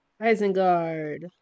Isengard